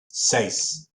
seis